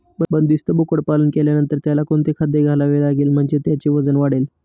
बंदिस्त बोकडपालन केल्यानंतर त्याला कोणते खाद्य द्यावे लागेल म्हणजे त्याचे वजन वाढेल?